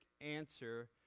answer